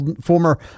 former